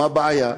מה הבעיה?